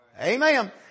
Amen